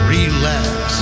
Relax